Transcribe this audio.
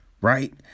right